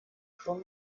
schon